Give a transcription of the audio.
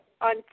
on